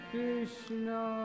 Krishna